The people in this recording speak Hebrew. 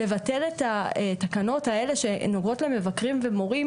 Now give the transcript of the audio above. לבטל את התקנות האלה שנוגעות למבקרים ומורים,